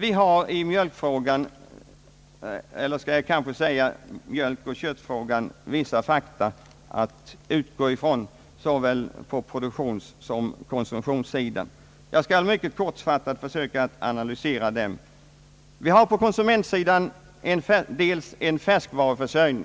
Vi har i mjölkfrågan — eller rättare mjölkoch köttfrågan vissa fakta att utgå ifrån på såväl produktionssom konsumtionssidan. Jag skall mycket kortfattat försöka analysera dem. Vi har på konsumentsidan en färskvaruförsörjning